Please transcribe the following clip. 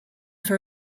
for